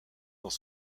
dans